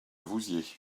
vouziers